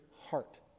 heart